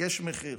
יש מחיר,